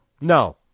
No